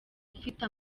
ufite